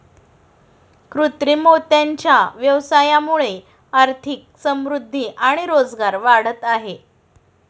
कृत्रिम मोत्यांच्या व्यवसायामुळे आर्थिक समृद्धि आणि रोजगार वाढत आहे